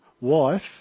wife